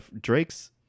Drake's